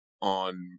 on